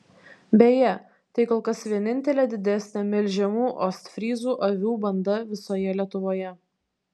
beje tai kol kas vienintelė didesnė melžiamų ostfryzų avių banda visoje lietuvoje